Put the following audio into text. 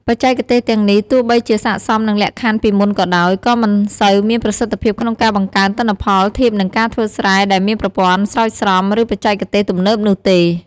បច្ចេកទេសទាំងនេះទោះបីជាស័ក្តិសមនឹងលក្ខខណ្ឌពីមុនក៏ដោយ ក៏មិនសូវមានប្រសិទ្ធភាពក្នុងការបង្កើនទិន្នផលធៀបនឹងការធ្វើស្រែដែលមានប្រព័ន្ធស្រោចស្រព ឬបច្ចេកទេសទំនើបនោះទេ។